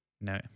no